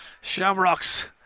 Shamrocks